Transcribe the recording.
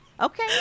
Okay